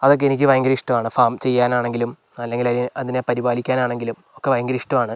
അതൊക്കെ എനിക്ക് ഭയങ്കര ഇഷ്ട്ടമാണ് ഫാം ചെയ്യാനാണെങ്കിലും അല്ലെങ്കിൽ അതിനെ അതിനെ പരിപാലിക്കാനാണെങ്കിലും ഒക്കെ ഭയങ്കര ഇഷ്ടമാണ്